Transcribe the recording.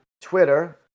Twitter